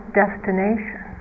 destination